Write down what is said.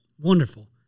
Wonderful